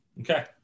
Okay